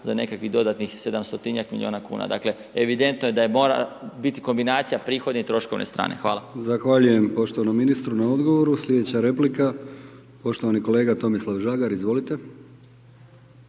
za nekakvih dodatnih 700 milijuna kn. Dakle, evidentno je da mora biti kombinacija prihodne i troškovne strane. Hvala. **Brkić, Milijan (HDZ)** Zahvaljujem poštovanom ministru na odgovoru. Sljedeća replika poštovani kolega Tomislav Žagar, izvolite.